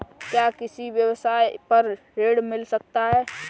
क्या किसी व्यवसाय पर ऋण मिल सकता है?